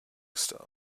star